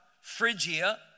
Phrygia